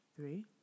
three